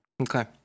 Okay